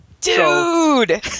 Dude